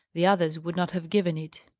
the others would not have given it.